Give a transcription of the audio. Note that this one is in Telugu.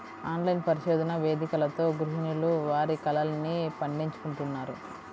ఆన్లైన్ పరిశోధన వేదికలతో గృహిణులు వారి కలల్ని పండించుకుంటున్నారు